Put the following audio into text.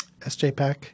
SJPAC